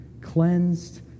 cleansed